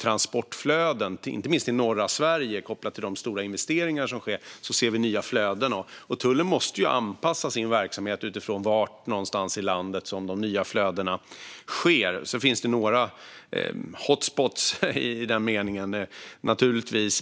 transportflöden. Inte minst i norra Sverige ser vi nya flöden kopplat till de stora investeringar som sker, och tullen måste anpassa sin verksamhet utifrån var någonstans i landet som de nya flödena finns. Sedan finns det naturligtvis några hot spots.